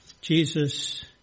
Jesus